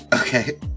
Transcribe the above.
Okay